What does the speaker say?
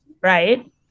Right